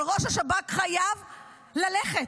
אבל ראש השב"כ חייב ללכת.